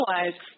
otherwise